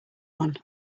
one